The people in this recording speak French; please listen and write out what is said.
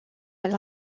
elle